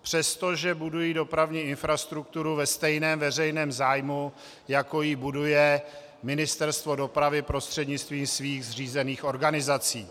Přestože budují dopravní infrastrukturu ve stejném veřejném zájmu, jako ji buduje Ministerstvo dopravy prostřednictvím svých zřízených organizací.